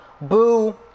Boo